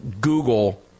Google